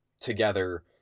Together